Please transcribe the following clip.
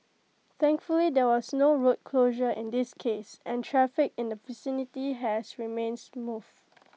thankfully there was no road closure in this case and traffic in the vicinity has remained smooth